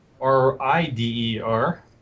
R-I-D-E-R